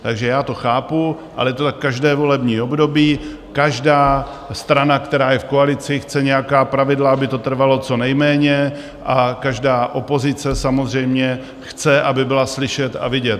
Takže já to chápu, je to tak každé volební období, každá strana, která je v koalici, chce nějaká pravidla, aby to trvalo co nejméně, a každá opozice samozřejmě chce, aby byla slyšet a vidět.